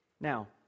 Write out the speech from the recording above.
Now